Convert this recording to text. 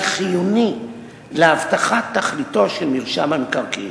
חיוני להבטחת תכליתו של מרשם המקרקעין.